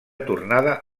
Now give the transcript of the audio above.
tornada